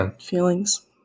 feelings